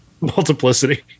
Multiplicity